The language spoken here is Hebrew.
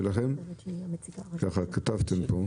ככה כתבתם פה,